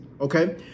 Okay